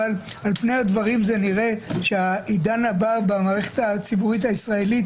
אבל על פני הדברים נראה שהעידן הבא במערכת הציבורית הישראלית